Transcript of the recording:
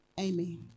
Amen